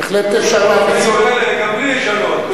גם בלי לשנות.